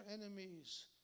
enemies